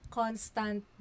constant